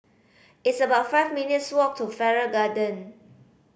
it's about five minutes' walk to Farrer Garden